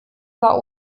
war